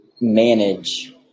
manage